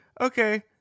okay